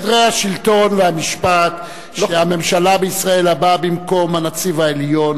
סדרי השלטון והמשפט שהממשלה בישראל הבאה במקום הנציב העליון